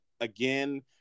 again